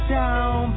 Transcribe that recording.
down